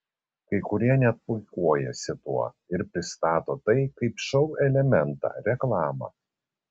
kai kurie net puikuojasi tuo ir pristato tai kaip šou elementą reklamą